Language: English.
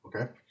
Okay